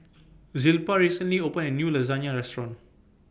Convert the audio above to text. Zilpah recently opened A New Lasagne Restaurant